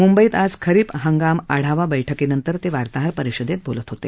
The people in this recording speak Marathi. म्ंबईत आज खरीप हंगाम आढावा बैठकीनंतर ते वार्ताहरपरिषदेत बोलत होते